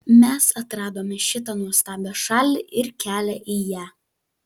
mes atradome šitą nuostabią šalį ir kelią į ją